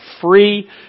free